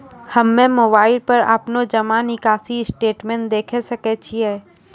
हम्मय मोबाइल पर अपनो जमा निकासी स्टेटमेंट देखय सकय छियै?